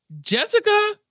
Jessica